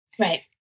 Right